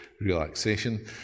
relaxation